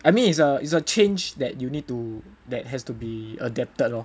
I mean it's a it's a change that you need to that has to be adapted lor